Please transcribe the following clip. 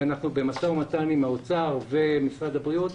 ואנחנו במשא ומתן עם האוצר ועם משרד הבריאות,